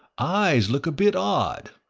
eyes look a bit odd.